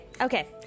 okay